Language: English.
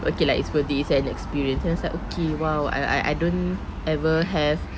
okay lah it's worthy it's an experience and then I was like okay !wow! I I I don't ever have